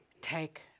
take